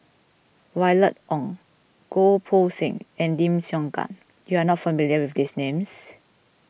Violet Oon Goh Poh Seng and Lim Siong Guan you are not familiar with these names